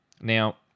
Now